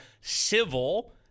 civil